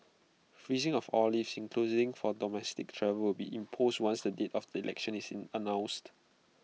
freezing of all leave including for domestic travel will be imposed once the date of the election is in announced